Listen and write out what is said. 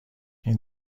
این